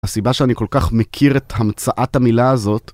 הסיבה שאני כל כך מכיר את המצאת המילה הזאת